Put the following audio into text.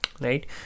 Right